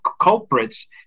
culprits